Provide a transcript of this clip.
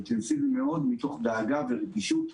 מתוך דאגה ורגישות,